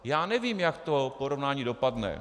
Já nevím, jak to porovnání dopadne.